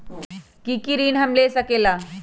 की की ऋण हम ले सकेला?